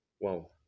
Wow